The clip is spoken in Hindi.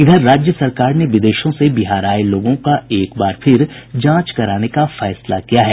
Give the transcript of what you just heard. इधर राज्य सरकार ने विदेशों से बिहार आये लोगों का एक बार फिर जांच कराने का फैसला किया है